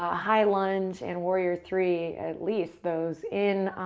ah high lunge, and warrior three. at least those in